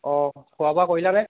অঁ খোৱা বোৱা কৰিলানে